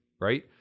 right